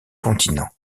continents